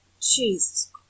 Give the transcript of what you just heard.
Jesus